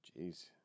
Jeez